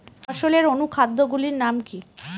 ফসলের অনুখাদ্য গুলির নাম কি?